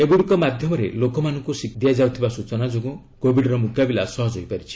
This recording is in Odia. ଏଗୁଡ଼ିକ ମାଧ୍ୟମରେ ଲୋକମାନଙ୍କୁ ଦିଆଯାଉଥିବା ସୂଚନା ଯୋଗୁଁ କୋବିଡ୍ର ମୁକାବିଲା ସହଜ ହୋଇପାରିଛି